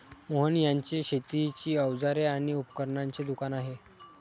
मोहन यांचे शेतीची अवजारे आणि उपकरणांचे दुकान आहे